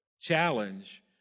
challenge